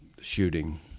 shooting